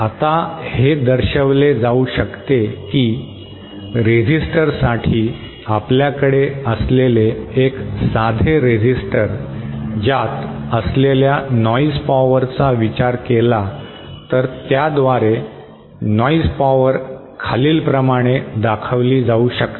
आता हे दर्शविले जाऊ शकते की रेझिस्टरसाठी आपल्याकडे असलेले एक साधे रेझिस्टर ज्यात असलेल्या नॉइज पॉवरचा विचार केला तर त्याद्वारे नॉइज पॉवर खालीलप्रमाणे दाखविली जाऊ शकते